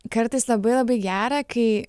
kartais labai labai gera kai